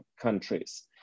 countries